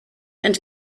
and